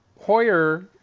Hoyer